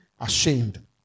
ashamed